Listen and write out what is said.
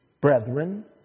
brethren